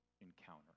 encounter